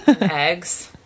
eggs